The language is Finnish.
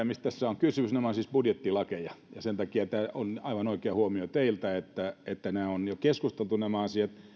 mistä tässä on kysymys nämä ovat siis budjettilakeja ja sen takia tämä on aivan oikea huomio teiltä että että nämä asiat on jo keskusteltu